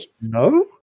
No